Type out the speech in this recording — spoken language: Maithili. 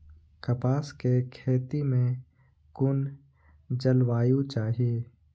कपास के खेती में कुन जलवायु चाही?